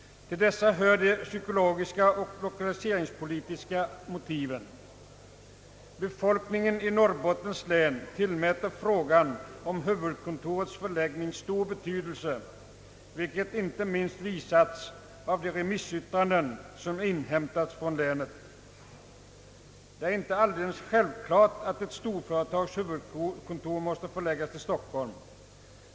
Till dessa hör de psykologiska och lokaliseringspolitiska motiven. Befolkningen i Norrbottens län tillmäter frågan om huvudkontorets förläggning stor betydelse, vilket inte minst visats i de remissyttranden som inhämtats från länet. Det är inte alldeles självklart att ett storföretags huvudkontor måste förläggas till Stockholm.